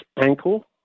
Ankle